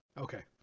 Okay